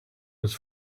was